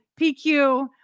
PQ